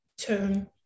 turn